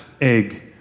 egg